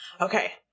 Okay